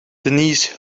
denise